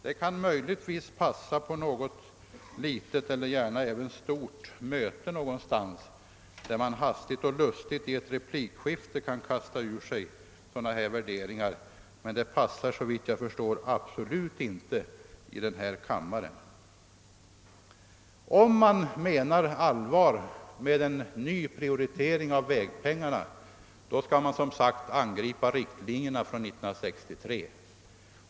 Det kan möjligtvis passa på ett större eller mindre möte någonstans, där man hastigt och lustigt i ett replikskifte måhända kastar ur sig sådana här värderingar, men det passar såvitt jag förstår inte i denna kammare. Om man menar allvar med talet om en ny prioritering av vägpengarna skall man som sagt angripa riktlinjerna från 1963.